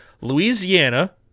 Louisiana